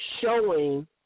showing